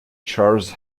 charles